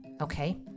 okay